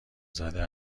زده